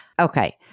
Okay